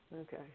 Okay